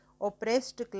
oppressed